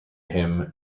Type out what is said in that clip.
hymn